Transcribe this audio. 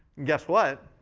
guess what?